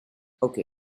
okay